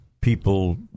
people